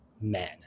men